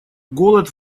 голод